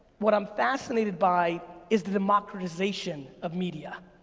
what i'm fascinated by is the mockerization of media.